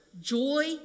Joy